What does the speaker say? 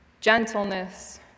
gentleness